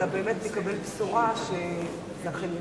אלא באמת נקבל בשורה שזה אכן יושם.